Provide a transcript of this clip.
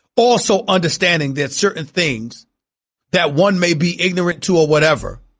also understanding that certain things that one may be ignorant to a whatever